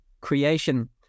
creation